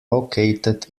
located